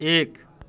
एक